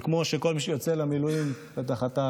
וכמו שכל מי שיוצא למילואים, בטח גם אתה,